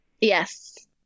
Yes